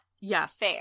Yes